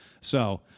So-